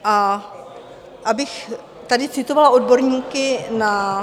A abych tady citovala odborníky na